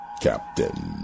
Captain